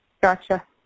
Gotcha